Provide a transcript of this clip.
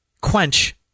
quench